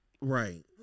Right